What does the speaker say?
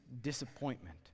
disappointment